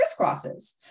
crisscrosses